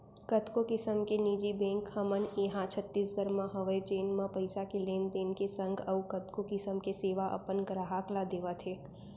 कतको किसम के निजी बेंक हमन इहॉं छत्तीसगढ़ म हवय जेन म पइसा के लेन देन के संग अउ कतको किसम के सेवा अपन गराहक ल देवत हें